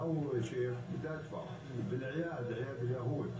כי הם חייבים רישיון עבודה על שם המעסיק,